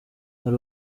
hari